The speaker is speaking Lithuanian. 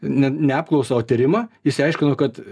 ne ne apklausą o tyrimą išsiaiškino kad